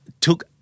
took